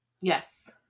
Yes